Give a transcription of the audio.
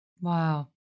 Wow